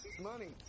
Money